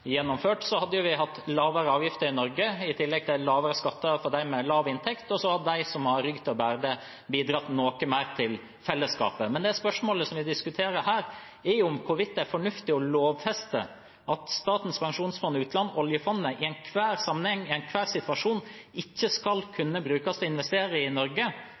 de som har rygg til å bære det, bidratt noe mer til fellesskapet. Men spørsmålet vi diskuterer her, er hvorvidt det er fornuftig å lovfeste at Statens pensjonsfond utland, oljefondet, i enhver sammenheng, i enhver situasjon ikke skal kunne brukes til å investere i Norge.